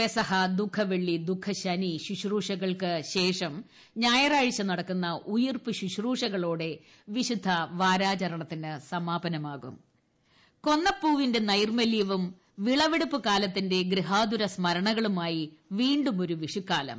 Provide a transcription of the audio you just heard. പെസഹ ദുഃഖവെള്ളി ദുഖശനി ശുശ്രൂഷകൾക്കു ശേഷം ഞായറാഴ്ച നടക്കുന്ന ഉയർപ്പു ശുശ്രൂഷകളോടെ വിശുദ്ധ വാരാചരണത്തിന് സമാപനമാകും വിഷു കൊന്നപ്പൂവിന്റെ നൈർമല്യവും വിളവെടുപ്പ് കാലത്തിന്റെ ഗൃഹാതുര സ്മരണകളുമായി വീണ്ടും ഒരു വിഷുക്കാലം